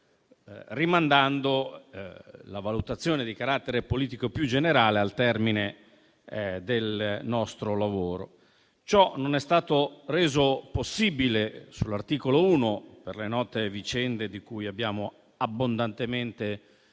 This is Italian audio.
rimandando la valutazione di carattere politico più generale al termine del nostro lavoro. Ciò non è stato reso possibile sull'articolo 1 per le note vicende di cui abbiamo abbondantemente